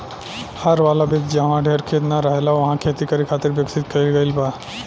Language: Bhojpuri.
हर वाला विधि जाहवा ढेर खेत ना रहेला उहा खेती करे खातिर विकसित कईल गईल बा